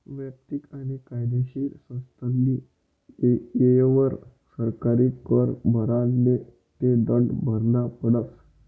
वैयक्तिक आणि कायदेशीर संस्थास्नी येयवर सरकारी कर भरा नै ते दंड भरना पडस